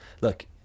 look